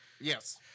Yes